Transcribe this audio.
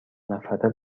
نفره